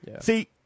See